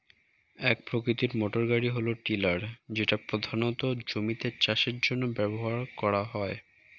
এক প্রকৃতির মোটরগাড়ি হল টিলার যেটা প্রধানত জমিতে চাষের জন্য ব্যবহার করা হয়